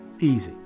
easy